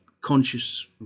conscious